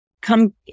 come